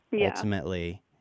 ultimately